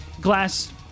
glass